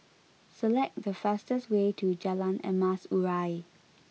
select the fastest way to Jalan Emas Urai